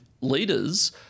leaders